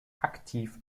aktiv